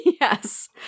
yes